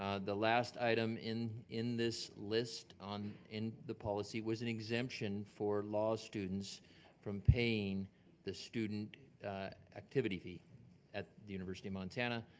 ah the last item in in this list, in the policy, was an exemption for law students from paying the student activity fee at the university of montana.